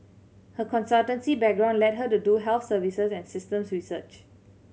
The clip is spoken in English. her consultancy background led her to do health services and systems research